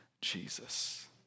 Jesus